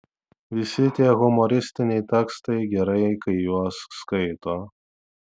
visi tie humoristiniai tekstai gerai kai juos skaito